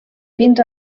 fins